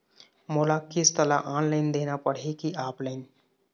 मोला किस्त ला ऑनलाइन देना पड़ही की ऑफलाइन?